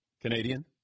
Canadian